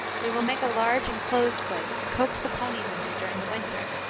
we will make a large inclosed place, to coax the ponies into during the winter,